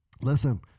Listen